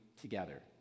together